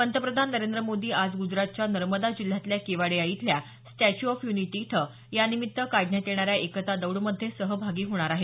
पंतप्रधान नरेंद्र मोदी आज गुजरातच्या नर्मदा जिल्ह्यातल्या केवाडिया इथल्या स्टॅच्यू ऑफ यूनिटी इथं यानिमित्त काढण्यात येणाऱ्या एकता दौडमध्ये सहभागी होणार आहेत